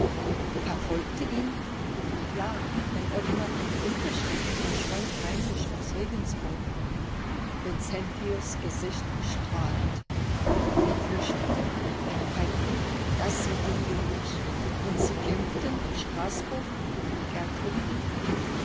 verfolgte ihn ja denn ottmar von winterstetten verschwand heimlich aus regensburg vincentius gesicht strahlt er flüchtete der feigling das sieht ihm ähnlich und sie kämpften in straßburg gertrud nickt